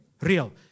Real